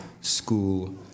school